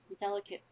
delicate